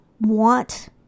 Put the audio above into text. want